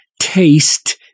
taste